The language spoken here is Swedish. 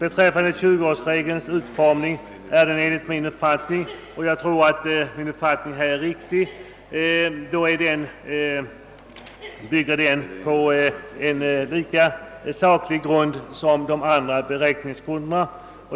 Utformningen av 20-årsregeln bygger enligt min uppfattning — och jag tror att denna är riktig — på ett lika sakligt underlag som de andra beräkningsgrun derna.